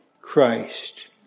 Christ